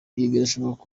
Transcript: birashoboka